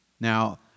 Now